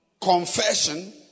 Confession